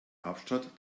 hauptstadt